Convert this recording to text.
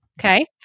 Okay